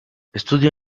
estudió